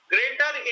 Greater